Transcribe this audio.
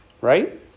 right